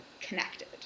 connected